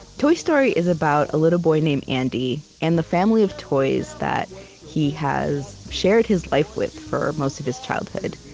toy story is about a little boy named andy and the family of toys that he has shared his life with for most of his childhood.